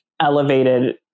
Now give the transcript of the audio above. elevated